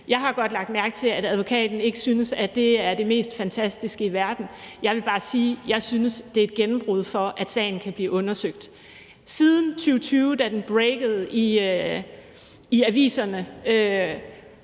Jeg har godt lagt mærke til, at advokaten ikke synes, at det er det mest fantastiske i verden. Jeg vil bare sige, at jeg synes, det er et gennembrud, i forhold til at sagen kan blive undersøgt. Siden 2020, da sagen breakede i aviserne,